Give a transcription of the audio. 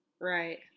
Right